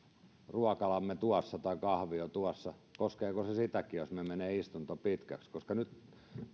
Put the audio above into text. ruokalamme tai kahviomme tuossa koskeeko se niitäkin jos meillä menee istunto pitkäksi koska nyt minua niin